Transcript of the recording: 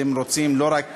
אתם רוצים לא רק